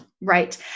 Right